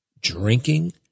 drinking